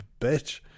bitch